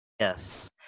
Yes